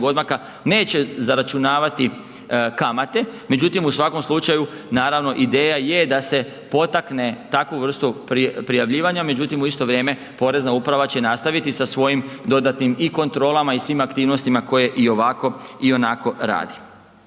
odmaka, neće zaračunavati kamate, međutim u svakom slučaju naravno ideja je da se potakne takvu vrstu prijavljivanja, međutim u isto vrijeme porezna uprava će nastaviti sa svojim dodatnim i kontrolama i svim aktivnostima koje i ovako i onako radi.